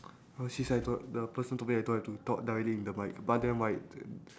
oh shit sia I told the person told me I don't have to talk directly in the mic but then right